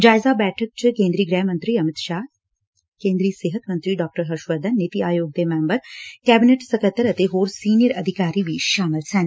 ਜਾਇਜ਼ਾ ਬੈਠਕ ਚ ਕੇਦਰੀ ਗੁਹਿ ਮੰਤਰੀ ਅਮਿਤ ਸ਼ਾਹ ਸਿਹਤ ਮੰਤਰੀ ਡਾ ਹਰਸ਼ ਵਰਧਨ ਨੀਤੀ ਆਯੋਗ ਦੇ ਮੈਕਬਰ ਕੈਬਨਿਟ ਸਕੱਤਰ ਅਤੇ ਹੋਰ ਸੀਨੀਅਰ ਅਧਿਕਾਰੀ ਵੀ ਸ਼ਾਮਲ ਹੋਏ